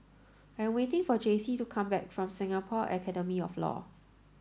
I am waiting for Jaycee to come back from Singapore Academy of Law